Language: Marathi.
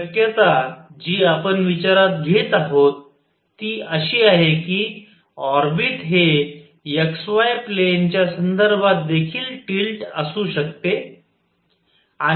तर शक्यता जी आपण विचारात घेत आहोत ती अशी आहे की ऑर्बिट हे xy प्लेन च्या संदर्भात देखील टिल्ट असू शकते